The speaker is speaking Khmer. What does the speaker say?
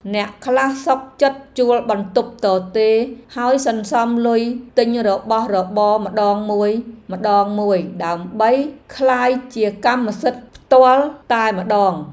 អ្នកខ្លះសុខចិត្តជួលបន្ទប់ទទេរហើយសន្សំលុយទិញរបស់របរម្ដងមួយៗដើម្បីក្លាយជាកម្មសិទ្ធិផ្ទាល់ខ្លួនផ្ទាល់តែម្ដង។